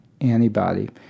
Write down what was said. antibody